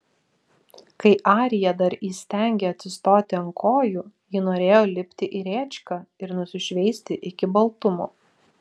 kai arija dar įstengė atsistoti ant kojų ji norėjo lipti į rėčką ir nusišveisti iki baltumo